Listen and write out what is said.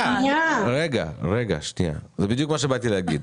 זה בדיוק מה שבאתי להגיד.